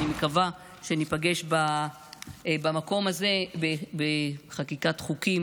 אני מקווה שניפגש במקום הזה בחקיקת חוקים